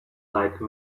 like